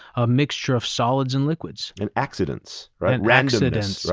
a mixture of solids and liquids. and accidents. randomness.